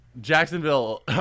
Jacksonville